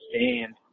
stand